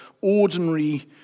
ordinary